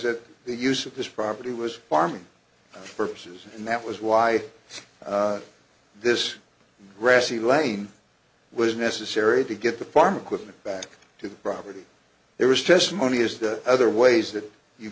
that the use of this property was farm purposes and that was why this grassy lane was necessary to get the farm equipment back to the property there was testimony is that other ways that you